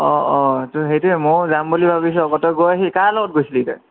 অ অ তো সেইটোৱে মইও যাম বুলি ভাবিছোঁ আকৌ তই গৈ আহিলি কাৰ লগত গৈছিলি তই